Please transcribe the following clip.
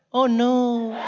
oh no.